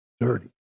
dirty